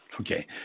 Okay